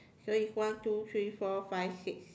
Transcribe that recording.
so it's one two three four five six